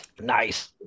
Nice